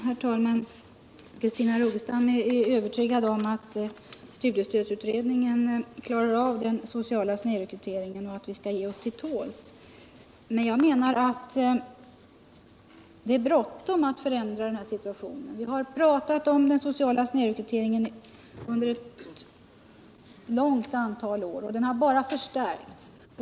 Herr talman! Christina Rogestam är övertygad om att studiestödsutredningen klarar av den sociala snedrekryteringen och anser att vi skall ge oss till tåls. Men jag menar att det är bråttom att förändra situationen. Vi har pratat om den sociala snedrekryteringen under ett stort antal år, och den har bara förstärkts.